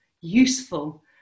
useful